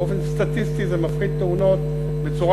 באופן סטטיסטי זה מפחית תאונות בצורה